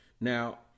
Now